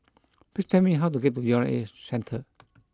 please tell me how to get to U R A Centre